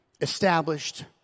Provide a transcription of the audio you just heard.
established